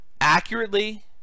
accurately